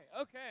okay